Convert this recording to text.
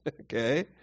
okay